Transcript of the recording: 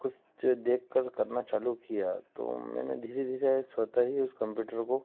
कुछ देख कर करना चालू किया तो मैंने धीरे धीरे सोचा कि उस कम्पूटर को